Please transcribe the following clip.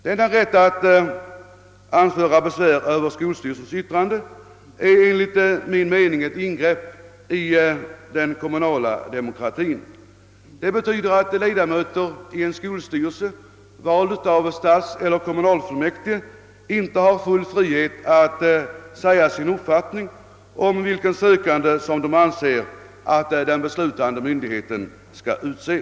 Denna rätt att anföra besvär över skolstyrelses yttrande är enligt min mening ett ingrepp i den kommunala demokratin. Den innebär att ledamöter i en skolstyrelse, vald av kommunaleller stadsfullmäktige, inte har full frihet att tillkännage sin uppfattning om vilken sökande som de anser att den beslutande myndigheten skall utse.